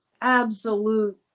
absolute